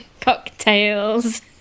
cocktails